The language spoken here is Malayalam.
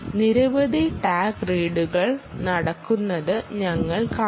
നിരവധി ടാഗ് റീഡുകൾ നടക്കുന്നത് ഞങ്ങൾ കാണും